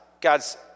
God's